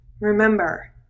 Remember